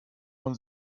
von